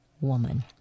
woman